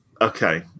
Okay